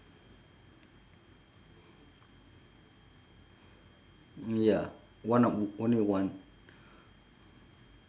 mm ya one o~ only one